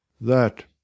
That